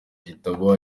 igitabo